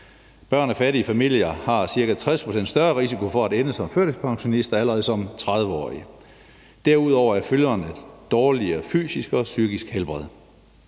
Børn af fattige familier har ca. 60 pct. større risiko for at ende som førtidspensionister allerede som 30-årige. Derudover er følgerne dårligere fysisk og psykisk helbred.